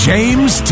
James